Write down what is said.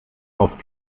auf